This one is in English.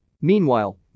Meanwhile